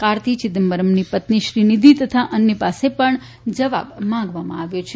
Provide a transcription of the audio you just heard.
કારતી ચિદમ્બરમની પત્ની શ્રીનિધી તથા અન્ય પાસે પણ જવાબ માંગવામાં આવ્યો છે